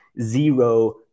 zero